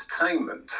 entertainment